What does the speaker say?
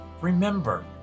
Remember